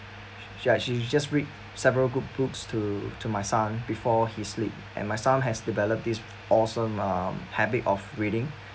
ya she's just read several good books to to my son before he sleep and my son has develop this awesome um habit of reading